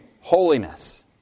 holiness